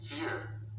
fear